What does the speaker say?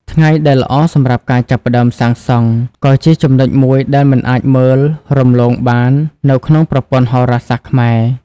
ថ្ងៃដែលល្អសម្រាប់ការចាប់ផ្តើមសាងសង់ក៏ជាចំណុចមួយដែលមិនអាចមើលរំលងបាននៅក្នុងប្រព័ន្ធហោរាសាស្ត្រខ្មែរ។